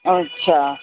अच्छा